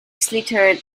slithered